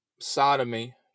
sodomy